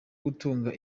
gutunga